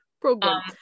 Program